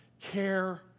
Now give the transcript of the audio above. care